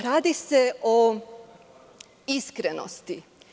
Radi se o iskrenosti.